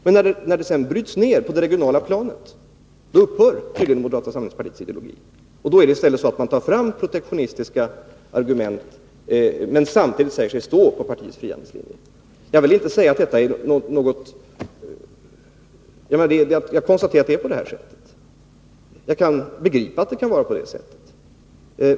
Men när det sedan bryts ned på det regionala planet upphör tydligen moderata samlingspartiets ideologi, och då tar man i stället fram protektionistiska argument samtidigt som man säger sig stå på partiets frihandelslinje. Jag bara konstaterar att det är på det sättet och kan begripa att det är så.